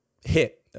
hit